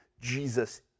Jesus